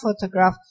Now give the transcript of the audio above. photograph